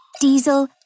Diesel